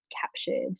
captured